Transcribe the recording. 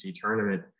tournament